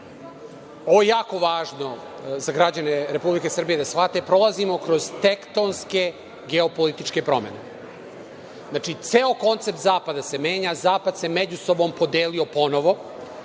je jako važno za građane Republike Srbije da shvate. Prolazimo kroz tektonske geopolitičke promene. Znači, ceo koncept zapada se menja, zapad se među sobom podelio ponovo.